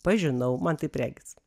pažinau man taip regis